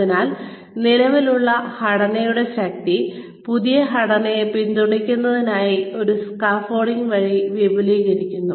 അതിനാൽ നിലവിലുള്ള ഘടനയുടെ ശക്തി പുതിയ ഘടനയെ പിന്തുണയ്ക്കുന്നതിനായി ഒരു സ്കാർഫോൾഡിംഗ് വഴി വിപുലീകരിക്കുന്നു